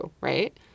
right